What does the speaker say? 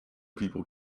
people